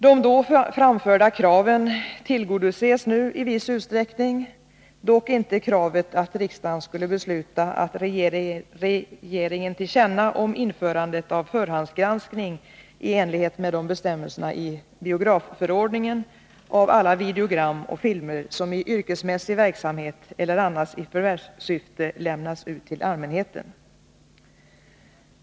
De då framförda kraven tillgodoses nu i viss utsträckning, dock inte kravet att riksdagen skulle besluta att ge regeringen till känna sin mening om införandet av förhandsgranskning i enlighet med bestämmelserna i biografförordningen av alla videogram och filmer som i yrkesmässig verksamhet eller annars i förvärvssyfte lämnas ut till allmänheten.